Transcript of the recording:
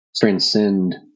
transcend